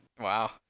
Wow